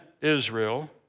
Israel